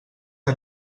que